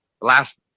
last